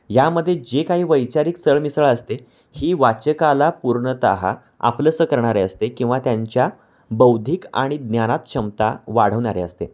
यामध्ये जे काही वैचारिक सरमिसळ असते ही वाचकाला पूर्णतः आपलंसं करणारे असते किंवा त्यांच्या बौद्धिक आणि ज्ञानात क्षमता वाढवणारे असते